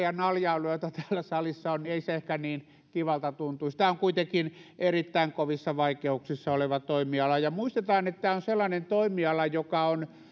ja naljailua jota täällä salissa on niin ei se ehkä niin kivalta tuntuisi tämä on kuitenkin erittäin kovissa vaikeuksissa oleva toimiala ja muistetaan että tämä on sellainen toimiala joka on